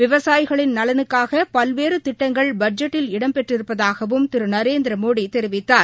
விவசாயிகளின் நலனுக்கானபல்வேறுதிட்டங்கள் பட்ஜெட்டில் இடம் பெற்றிருப்பதாகவும திருநரேந்திரமோடிதெரிவித்தார்